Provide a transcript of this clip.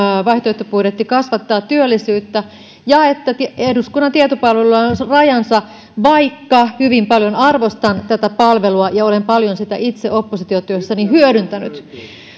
vaihtoehtobudjetti kasvattaa työllisyyttä ja että eduskunnan tietopalvelulla on on rajansa vaikka hyvin paljon arvostan tätä palvelua ja olen paljon sitä itse oppositiotyössäni hyödyntänyt